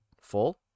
full